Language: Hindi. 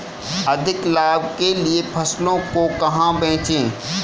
अधिक लाभ के लिए फसलों को कहाँ बेचें?